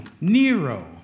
Nero